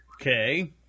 Okay